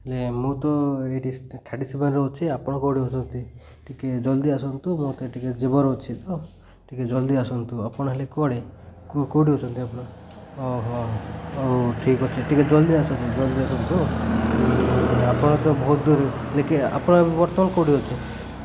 ହେଲେ ମୁଁ ତ ଏଇଠି ଥାର୍ଟି ସେଭେନ୍ରେ ରହୁଛି ଆପଣ କେଉଁଠି ରହୁଛନ୍ତି ଟିକେ ଜଲ୍ଦି ଆସନ୍ତୁ ମୋତେ ଟିକେ ଯିବାର ଅଛି ତ ଟିକେ ଜଲ୍ଦି ଆସନ୍ତୁ ଆପଣ ହେଲେ କୁଆଡ଼େ କେଉଁଠି ରହୁଛନ୍ତି ଆପଣ ଓ ହ ହଉ ଠିକ୍ ଅଛି ଟିକେ ଜଲ୍ଦି ଆସନ୍ତୁ ଜଲ୍ଦି ଆସନ୍ତୁ ଆପଣ ତ ବହୁତ ଦୂର ଦେଖି ଆପଣ ବର୍ତ୍ତମାନ କେଉଁଠି ଅଛ